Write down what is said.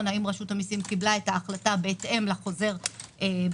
האם רשות המיסים קיבלה את ההחלטה בהתאם לחוזר שלה,